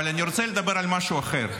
אבל אני רוצה לדבר על משהו אחר.